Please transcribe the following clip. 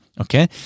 Okay